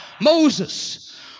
Moses